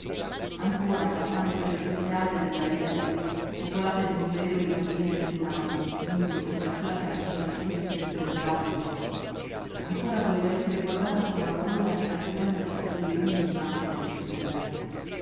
ancora passando per le viuzze alte del paesello popolate d'innumerevoli bambini strillanti nudi o con la sola camicina sudicia e sbrendolata addosso ancora voleva esser guardata con amorosa ammirazione da tutte quelle umili mamme delle sue scolarette